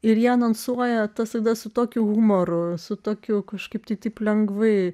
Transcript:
ir jie anonsuoja tada su tokiu humoru su tokiu kažkaip tai taip lengvai